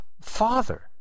Father